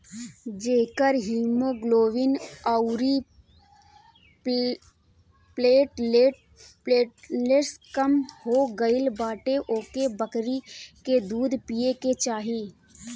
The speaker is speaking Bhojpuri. जेकर हिमोग्लोबिन अउरी प्लेटलेट कम हो गईल बाटे ओके बकरी के दूध पिए के चाही